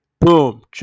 boom